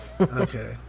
Okay